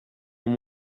ont